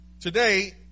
today